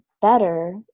better